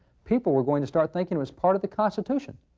people were going to start thinking it was part of the constitution.